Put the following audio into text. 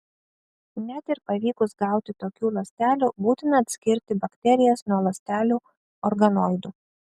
net ir pavykus gauti tokių ląstelių būtina atskirti bakterijas nuo ląstelių organoidų